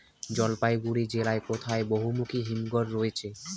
জলপাইগুড়ি জেলায় কোথায় বহুমুখী হিমঘর রয়েছে?